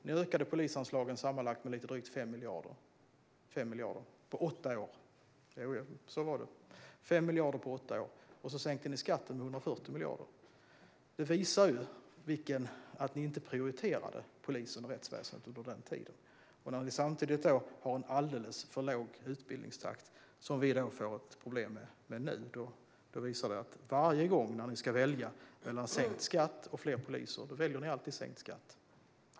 Ni ökade polisanslagen sammanlagt med lite drygt 5 miljarder på åtta år. Så var det. Och så sänkte ni skatten med 140 miljarder. Det visar att ni inte prioriterade polisen och rättsväsendet under den tiden. Samtidigt hade ni en alldeles för låg utbildningstakt, som vi får problem med nu, och det visar att varje gång ni ska välja mellan sänkt skatt och fler poliser väljer ni sänkt skatt.